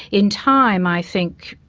in time, i think,